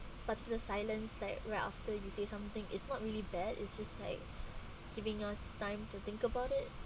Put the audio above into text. particular silence like right after you say something is not really bad it's just like giving us time to think about it